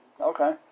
okay